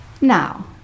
Now